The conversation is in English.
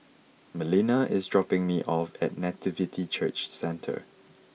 Melina is dropping me off at Nativity Church Centre